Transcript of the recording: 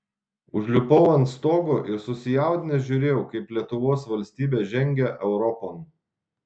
užlipau ant stogo ir susijaudinęs žiūrėjau kaip lietuvos valstybė žengia europon